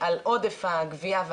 תרשמו אותו לכל הכבישים.